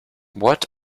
what